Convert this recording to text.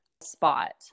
spot